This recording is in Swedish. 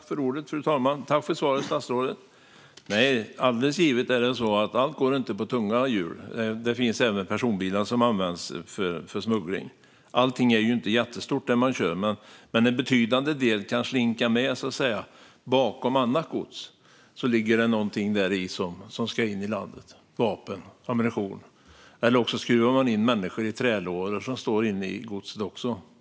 Fru talman! Jag tackar statsrådet för svaret. Nej, det är alldeles givet att inte allt går på tunga hjul. Det finns även personbilar som används för smuggling. Allting är ju inte jättestort när man kör. Men en betydande del kan slinka med, så att säga. Bakom annat gods ligger det någonting som man vill få in i landet, såsom vapen eller ammunition. Det händer också att man skruvar in människor i trälådor som står inne bland godset.